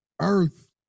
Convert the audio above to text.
Earth